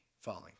falling